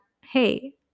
hey